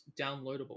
downloadable